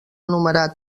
enumerar